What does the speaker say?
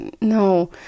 No